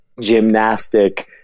gymnastic